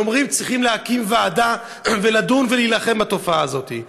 ואומרים שצריכים להקים ועדה ולדון ולהילחם בתופעה הזאת.